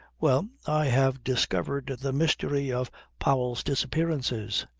well, i have discovered the mystery of powell's disappearances.